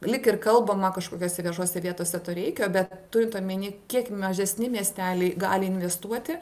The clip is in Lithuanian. lyg ir kalbama kažkokiose viešose vietose to reikia bet turint omeny kiek mažesni miesteliai gali investuoti